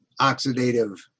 oxidative